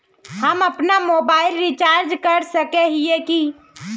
हम अपना mobile recharge कर सकय हिये की?